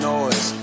Noise